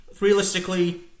realistically